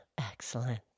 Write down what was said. Excellent